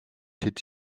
тэд